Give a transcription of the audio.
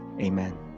amen